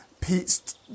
Pete's